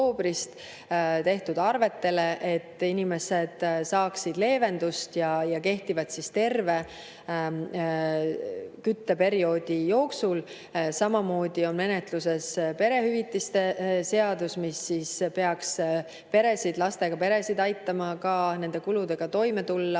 tehtud arvetele, et inimesed saaksid leevendust, ja kehtivad terve kütteperioodi jooksul. Samamoodi on menetluses perehüvitiste seaduse [muutmine], mis peaks lastega peredel aitama kuludega toime tulla.